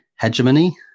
Hegemony